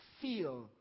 feel